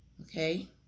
okay